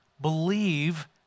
Believe